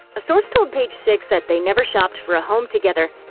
a source told page six that they never shopped for a home together,